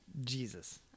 Jesus